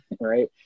right